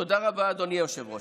תודה רבה, אדוני היושב-ראש.